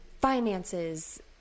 finances